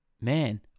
man